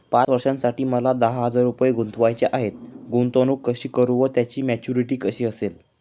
पाच वर्षांसाठी मला दहा हजार रुपये गुंतवायचे आहेत, गुंतवणूक कशी करु व त्याची मॅच्युरिटी कशी असेल?